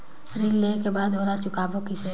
ऋण लेहें के बाद ओला चुकाबो किसे?